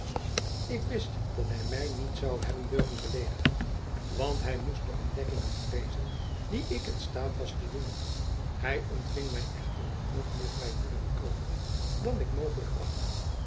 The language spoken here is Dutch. ik wist dat hij mij niet zou hebben durven beleedigen want hij moest de ontdekkingen vreezen die ik in staat was te doen hij ontving mij echter met nog meer vrijmoedige kalmte dan ik mogelijk achtte